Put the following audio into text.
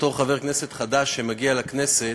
בתור חבר כנסת חדש שמגיע לכנסת,